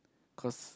cause